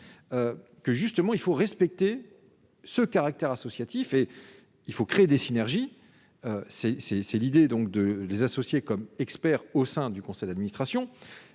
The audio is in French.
que justement, il faut respecter ce caractère associatif et il faut créer des synergies c'est c'est c'est l'idée donc de les associer comme expert au sein du conseil d'administration,